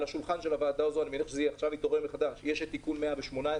על שולחן ועדה זו מונח נושא איכון 118